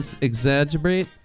exaggerate